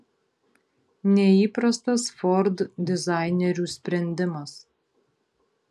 neįprastas ford dizainerių sprendimas